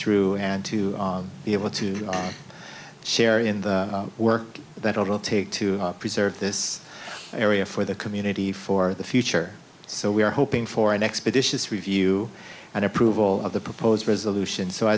through and to be able to share in the work that it will take to preserve this area for the community for the future so we are hoping for an expeditious review and approval of the proposed resolution so